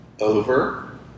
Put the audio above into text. over